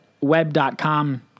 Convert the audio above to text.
Web.com